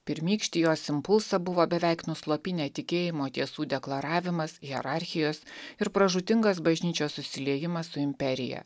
pirmykštį jos impulsą buvo beveik nuslopinę tikėjimo tiesų deklaravimas hierarchijos ir pražūtingas bažnyčios susiliejimas su imperija